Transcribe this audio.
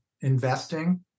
investing